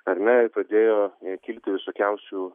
ar ne ir padėjo kilti visokiausių